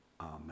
Amen